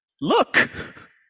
look